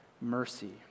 mercy